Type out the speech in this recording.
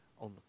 on